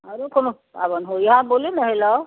आरो कोनो पाबनि होइए हँ बोलू ने हेलो